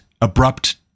abrupt